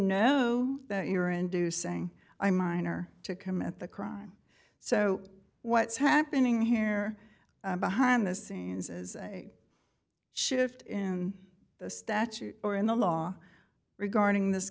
know that you're inducing a minor to commit the crime so what's happening here behind the scenes is a shift in the statute or in the law regarding this